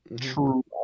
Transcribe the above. True